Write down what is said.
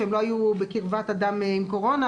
שהם לא היו בקרבת אדם עם קורונה,